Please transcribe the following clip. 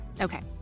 Okay